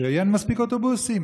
שאין מספיק אוטובוסים